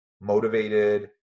motivated